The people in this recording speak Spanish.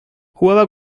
jugaba